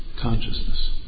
consciousness